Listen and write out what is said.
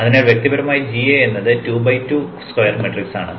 അതിനാൽ വ്യക്തമായി gA എന്നത് 2 ബൈ 2 സ്ക്വയർ മാട്രിക്സ് ആണ്